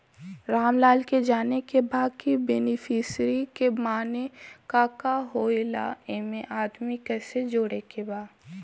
रामलाल के जाने के बा की बेनिफिसरी के माने का का होए ला एमे आदमी कैसे जोड़े के बा?